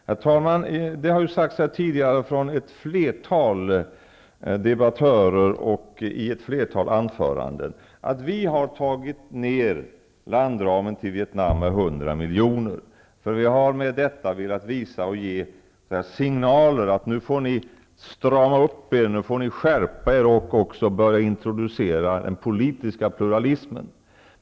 Det har tidigare sagts från ett flertal debattörer i ett flertal anföranden att vi har tagit ner landramen till Vietnam med 100 miljoner. Vi har med detta velat ge signaler om att man nu får strama upp sig, skärpa sig och börja introducera politisk pluralism.